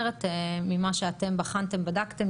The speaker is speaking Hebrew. ממה שאתם בחנתם ובדקתם?